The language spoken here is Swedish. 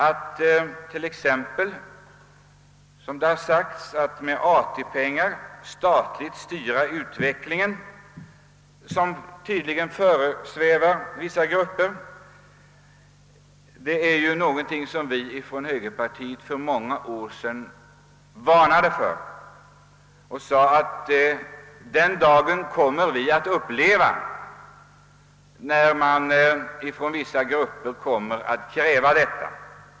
Att exempelvis med ATP-pengar statligt styra utvecklingen, vilket tydligen föresvävar vissa grupper, är ett krav som högerpartiet för många år sedan förutsåg skulle komma. Vi sade att vi kommer att få uppleva den dag då vissa grupper kräver detta.